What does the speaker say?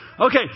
okay